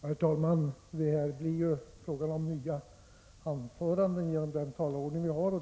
Herr talman! Det här blir fråga om nya anföranden genom den talarordning vi har.